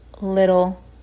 little